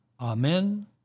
Amen